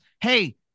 Hey